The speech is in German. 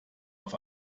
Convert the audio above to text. auf